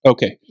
Okay